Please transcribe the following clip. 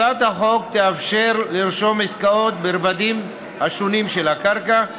הצעת החוק תאפשר לרשום עסקאות ברבדים השונים של הקרקע.